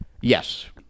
Yes